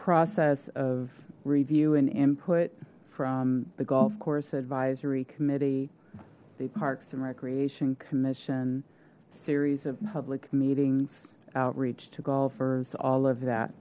process of review and input from the golfcourse advisory committee the parks and recreation commission series of public meetings outreach to golfers all of